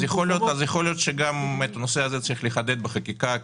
אז יכול להיות שגם את הנושא הזה צריך לחדד בחקיקה,